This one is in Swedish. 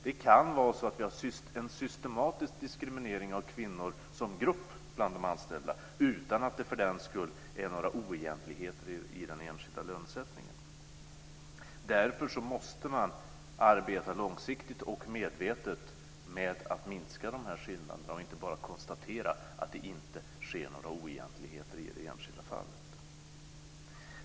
Det kan vara så att det är en systematisk diskriminering av kvinnor som grupp bland de anställda, utan att det för den skull är några oegentligheter i den enskilda lönesättningen. Därför måste man arbeta långsiktigt och medvetet med att minska skillnaderna och inte bara konstatera att det inte sker några oegentligheter i det enskilda fallet.